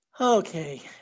okay